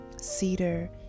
cedar